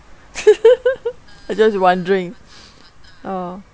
I just wondering oh